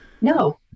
No